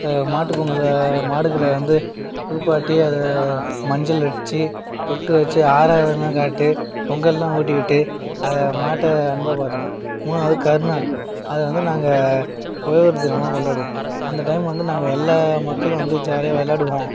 மாட்டு பொங்கலில் மாடுகளை வந்து குளிப்பாட்டி அதை மஞ்சள் அடித்து பொட்டு வெச்சி ஆராதனை காட்டி பொங்கல்லாம் ஊட்டி விட்டு அதை மாட்டை அன்பாக பார்த்துப்போம் மூணாவது கருநாள் அதை வந்து நாங்கள் உழவர் தினமாக கொண்டாடுவோம் அந்த டைம் வந்து நாங்கள் எல்லா மக்களும் வந்து ஜாலியாக விளாடுவோம்